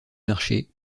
marché